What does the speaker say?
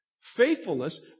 faithfulness